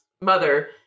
mother